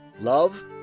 love